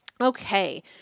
Okay